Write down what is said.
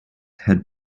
had